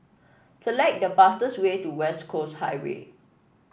select the fastest way to West Coast Highway